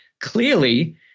Clearly